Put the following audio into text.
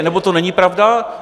Nebo to není pravda?